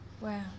Wow